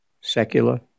secular